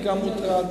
גם אני מוטרד.